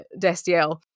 Destiel